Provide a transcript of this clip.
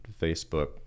Facebook